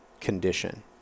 condition